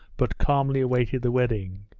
but calmly awaited the wedding.